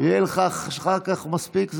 יהיה לך אחר כך מספיק זמן.